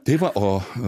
tai va o